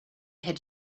had